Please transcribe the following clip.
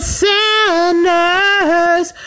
sinners